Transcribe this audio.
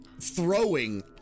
throwing